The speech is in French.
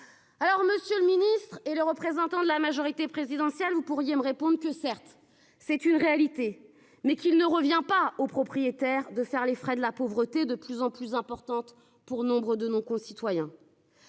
Alors Monsieur le ministre et le représentant de la majorité présidentielle. Vous pourriez me répondent que certes c'est une réalité mais qu'il ne revient pas aux propriétaires de faire les frais de la pauvreté de plus en plus importante pour nombre de nos concitoyens.